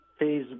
Phase